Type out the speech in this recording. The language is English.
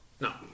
No